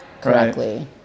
correctly